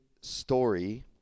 story